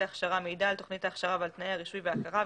ההכשרה מידע על תוכנית ההכשרה ועל תנאי הרישוי וההכרה,